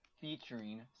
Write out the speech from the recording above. featuring